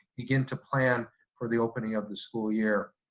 begin to plan for the opening of the school year.